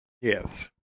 Yes